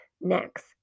Next